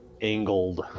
angled